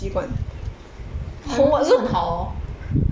他不是很好哦